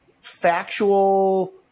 factual